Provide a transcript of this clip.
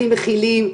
הכי מכילים,